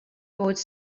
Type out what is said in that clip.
bod